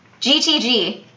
GTG